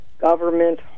government